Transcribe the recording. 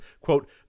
quote